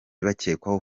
bakekwaho